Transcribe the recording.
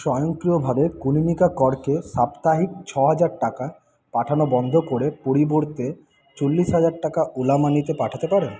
স্বয়ংক্রিয়ভাবে কনীনিকা করকে সাপ্তাহিক ছ হাজার পাঠানো বন্ধ করে পরিবর্তে চল্লিশ হাজার টাকা ওলা মানিতে পাঠাতে পারেন